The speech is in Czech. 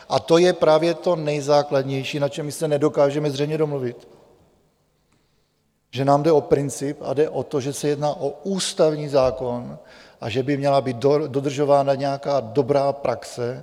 A to je právě to nejzákladnější, na čem my se nedokážeme zřejmě domluvit, že nám jde o princip a jde o to, že se jedná o ústavní zákon a že by měla být dodržována nějaká dobrá praxe.